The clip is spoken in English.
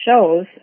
shows